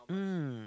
mm